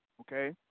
Okay